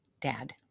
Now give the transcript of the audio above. dad